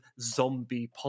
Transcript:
zombie